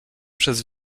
przez